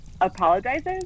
apologizes